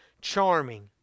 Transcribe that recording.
charming